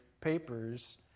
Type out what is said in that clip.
papers